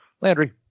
Landry